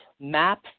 map